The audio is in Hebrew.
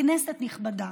כנסת נכבדה